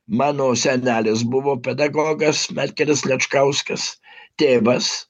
mano senelis buvo pedagogas merkelis račkauskas tėvas